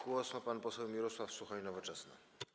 Głos ma pan poseł Mirosław Suchoń, Nowoczesna.